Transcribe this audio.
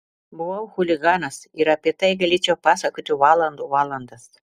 buvau chuliganas ir apie tai galėčiau pasakoti valandų valandas